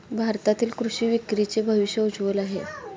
भारतातील कृषी विक्रीचे भविष्य उज्ज्वल आहे